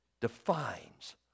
defines